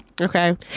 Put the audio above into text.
okay